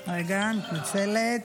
רגע, אני מתנצלת,